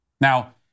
Now